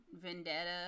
vendetta